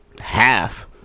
half